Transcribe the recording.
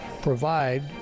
provide